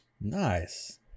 Nice